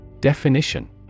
Definition